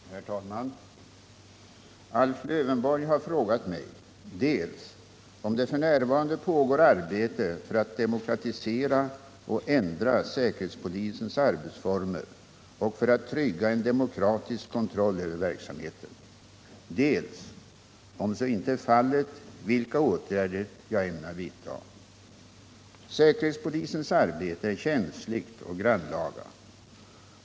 Herr talman! Alf Lövenborg har frågat mig dels om det f.n. pågår arbete för att demokratisera och ändra säkerhetspolisens arbetsformer och för att trygga en demokratisk kontroll över verksamheten, dels, om så icke är fallet, vilka åtgärder jag ämnar vidta. Säkerhetspolisens arbete är känsligt och grannlaga.